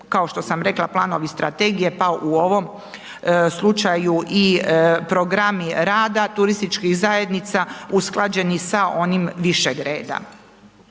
kao što sam rekla planovi strategije pa u ovom slučaju i programi rada turističkih zajednica usklađeni sa onim višeg reda.